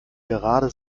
gerade